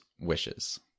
wishes